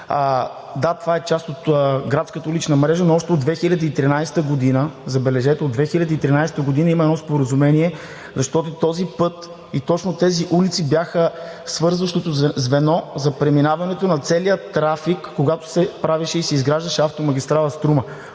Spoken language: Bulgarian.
Да, това е част от градската улична мрежа, но още от 2013 г., забележете, от 2013 г. има едно споразумение, защото този път и точно тези улици бяха свързващото звено за преминаването на целия трафик, когато се правеше и се изграждаше Автомагистрала „Струма“.